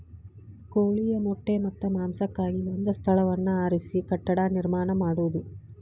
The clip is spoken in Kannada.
ಕೋಳಿಯ ಮೊಟ್ಟೆ ಮತ್ತ ಮಾಂಸಕ್ಕಾಗಿ ಒಂದ ಸ್ಥಳವನ್ನ ಆರಿಸಿ ಕಟ್ಟಡಾ ನಿರ್ಮಾಣಾ ಮಾಡುದು